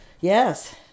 yes